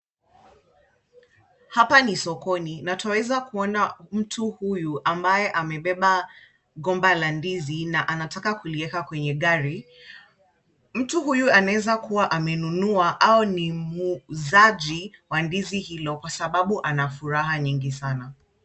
Hapa ni sokoni na twaweza kuona mtu huyu ambaye amebeba gomba la ndizi na anataka kulieka kwenye gari. Mtu huyu anaeza kuwa amenunua au ni muuzaji wa ndizi hilo, kwa sababu ana furaha nyingi sana.